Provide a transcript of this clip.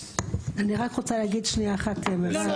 אני רק רוצה להגיד שנייה אחת -- לא,